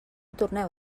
torneu